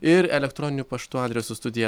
ir elektroniniu paštu adresu studija